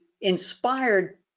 inspired